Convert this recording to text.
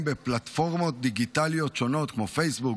בפלטפורמות דיגיטליות שונות כמו פייסבוק,